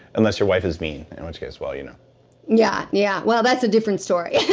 unless your wife is mean, in which case well, you know yeah. yeah. well that's a different story.